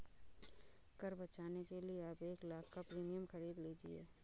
कर बचाने के लिए आप एक लाख़ का प्रीमियम खरीद लीजिए